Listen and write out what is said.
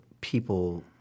people